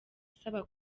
asaba